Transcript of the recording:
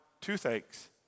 toothaches